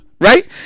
Right